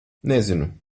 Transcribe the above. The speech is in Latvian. nezinu